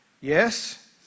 Yes